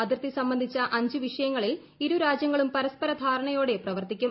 അതിർത്തി സംബന്ധിച്ച അഞ്ച് വിഷയങ്ങളിൽ ഇരുരാജ്യങ്ങളും പരസ്പര ധാരണയോടെ പ്രവർത്തിക്കും